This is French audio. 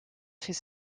fait